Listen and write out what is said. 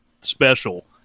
special